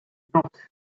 not